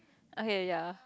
okay ya